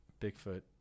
bigfoot